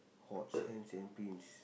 hot sands and pins